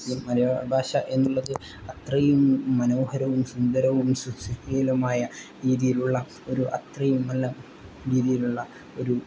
മലയാള ഭാഷ എന്നുള്ളത് അത്രയും മനോഹരവും സുന്ദരവും സുശീലവുമായ രീതിയിലുള്ള ഒരു അത്രയും നല്ല രീതിയിലുള്ള ഒരു